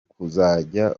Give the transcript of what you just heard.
kuzajya